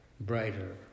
brighter